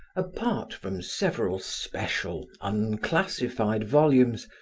apart from several special unclassified volumes,